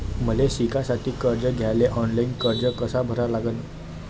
मले शिकासाठी कर्ज घ्याले ऑनलाईन अर्ज कसा भरा लागन?